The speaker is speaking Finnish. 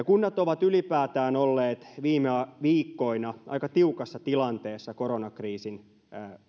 kunnat ovat ylipäätään olleet viime viikkoina aika tiukassa tilanteessa koronakriisin